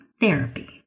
therapy